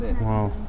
Wow